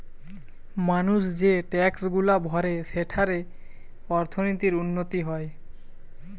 মানুষ যে ট্যাক্সগুলা ভরে সেঠারে অর্থনীতির উন্নতি হয়